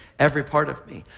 every part of me.